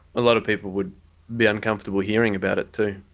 a lot of people would be uncomfortable hearing about it too.